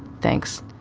thanks.